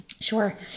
Sure